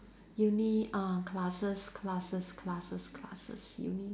uni uh classes classes classes classes uni